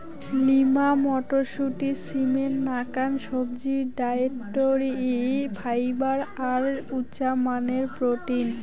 lima মটরশুঁটি, সিমের নাকান সবজি, ডায়েটরি ফাইবার আর উচামানের প্রোটিন